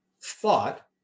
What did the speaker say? thought